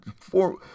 four